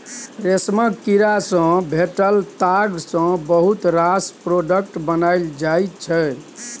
रेशमक कीड़ा सँ भेटल ताग सँ बहुत रास प्रोडक्ट बनाएल जाइ छै